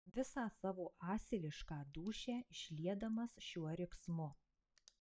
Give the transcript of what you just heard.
visą savo asilišką dūšią išliedamas šiuo riksmu